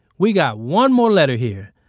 we got one more letter here.